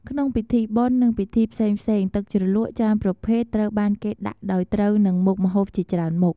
ក្នុងពិធីបុណ្យ និងពិធីផ្សេងៗ ទឹកជ្រលក់ច្រើនប្រភេទត្រូវបានគេដាក់ដោយត្រូវនឹងមុខម្ហូបជាច្រើនមុខ។